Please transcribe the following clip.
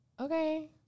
okay